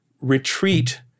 retreat